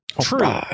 True